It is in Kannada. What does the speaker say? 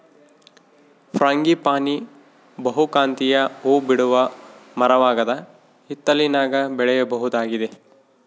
ಫ್ರಾಂಗಿಪಾನಿ ಬಹುಕಾಂತೀಯ ಹೂಬಿಡುವ ಮರವಾಗದ ಹಿತ್ತಲಿನಾಗ ಬೆಳೆಯಬಹುದಾಗಿದೆ